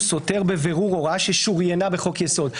סותר בבירור הוראה ששוריינה בחוק יסוד.